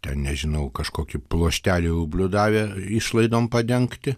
ten nežinau kažkokį pluoštelį rublių davė išlaidom padengti